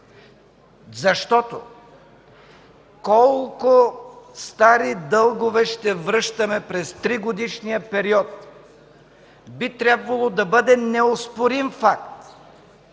защото колко стари дългове ще връщаме през 3-годишния период, би трябвало да бъде неоспорим факт.